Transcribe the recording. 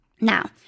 Now